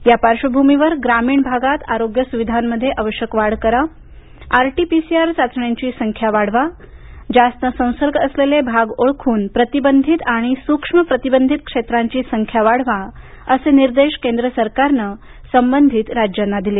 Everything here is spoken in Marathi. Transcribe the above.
त्या पार्श्वभूमीवर ग्रामीण भागात आरोग्य सुविधांमध्ये आवश्यक वाढ करा आरटीपीसीआर चाचण्यांची संख्या वाढवा जास्त संसर्ग असलेले भाग ओळखून प्रतिबंधित आणि सूक्ष्म प्रतिबंधित क्षेत्रांची संख्या वाढवा असे निर्देश केंद्र सरकारन संबंधित राज्यांना दिले